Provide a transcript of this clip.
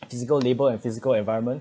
physical labour and physical environment